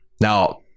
Now